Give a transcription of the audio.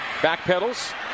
Backpedals